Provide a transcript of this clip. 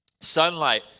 sunlight